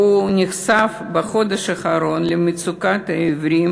שהוא נחשף בחודש האחרון למצוקת העיוורים